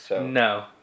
No